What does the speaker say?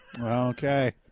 Okay